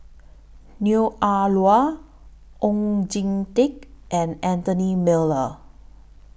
Neo Ah Luan Oon Jin Teik and Anthony Miller